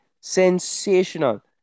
sensational